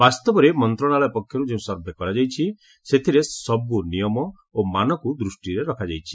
ବାସ୍ତବରେ ମନ୍ତ୍ରଣାଳୟ ପକ୍ଷରୁ ଯେଉଁ ସର୍ଭେ କରାଯାଇଛି ସେଥିରେ ସବୁ ନିୟମ ଓ ମାନକୁ ଦୃଷ୍ଟିରେ ରଖାଯାଇଛି